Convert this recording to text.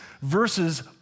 verses